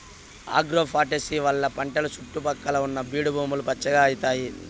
agroforestry వల్ల పంటల సుట్టు పక్కల ఉన్న బీడు భూములు పచ్చగా అయితాయి